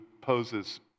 poses